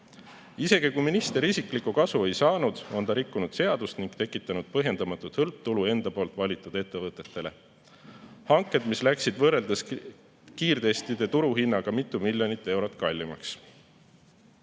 Isegi kui minister isiklikku kasu ei saanud, on ta rikkunud seadust ning tekitanud põhjendamatut hõlptulu enda valitud ettevõtetele. Need hanked läksid võrreldes kiirtestide turuhinnaga mitu miljonit eurot kallimaks. Eraldi